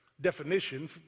definition